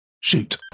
Shoot